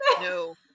No